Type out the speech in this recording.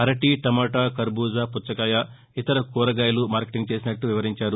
అరటీ tomato ఖర్బూజ పుచ్చకాయ ఇతర కూరగాయలు మార్కెటింగ్ చేసినట్లు వివరించారు